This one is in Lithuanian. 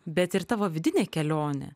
bet ir tavo vidinė kelionė